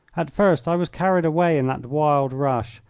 at first i was carried away in that wild rush,